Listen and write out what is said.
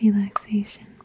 relaxation